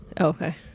Okay